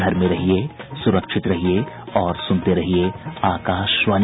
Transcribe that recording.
घर में रहिये सुरक्षित रहिये और सुनते रहिये आकाशवाणी